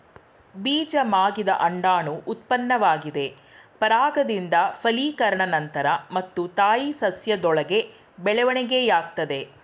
ಬೀಜ ಮಾಗಿದ ಅಂಡಾಣು ಉತ್ಪನ್ನವಾಗಿದೆ ಪರಾಗದಿಂದ ಫಲೀಕರಣ ನಂತ್ರ ಮತ್ತು ತಾಯಿ ಸಸ್ಯದೊಳಗೆ ಬೆಳವಣಿಗೆಯಾಗ್ತದೆ